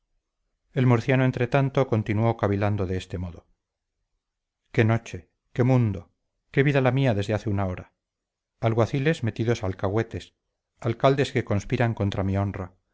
el murciano entretanto continuó cavilando de este modo qué noche qué mundo qué vida la mía desde hace una hora alguaciles metidos a alcahuetes alcaldes que conspiran contra mi honra